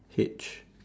H